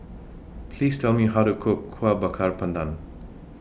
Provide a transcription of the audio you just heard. Please Tell Me How to Cook Kuih Bakar Pandan